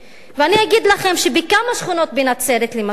ואני אגיד לכם שבכמה שכונות בנצרת, למשל,